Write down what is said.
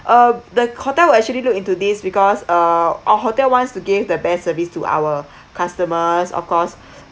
uh the hotel will actually look into this because uh our hotel wants to give the best service to our customers of course